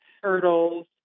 turtles